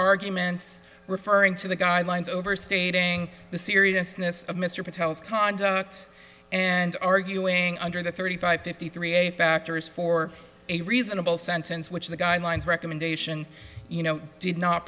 arguments referring to the guidelines overstating the seriousness of mr patel's conduct and arguing under the thirty five fifty three a factors for a reasonable sentence which the guidelines recommendation you know did not